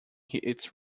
its